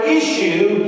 issue